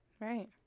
Right